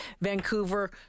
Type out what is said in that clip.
Vancouver